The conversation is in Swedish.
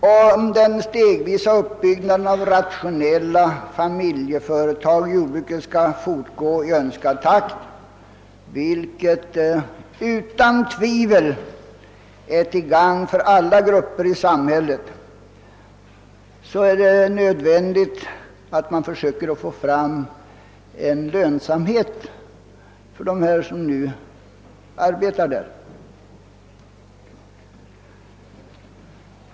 Om den stegvisa uppbyggnaden av rationella familjeföretag i jordbruket skall fortgå i önskad takt, vilket utan tvivel är till gagn för alla grupper i samhället, är det nödvändigt att man försöker åstadkomma lönsamhet för dem som nu arbetar inom jordbruket.